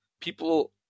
People